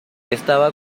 estaba